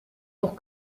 pour